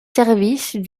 services